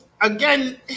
again